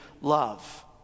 love